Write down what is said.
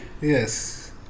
Yes